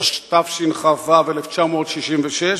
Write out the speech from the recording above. התשכ"ו 1966,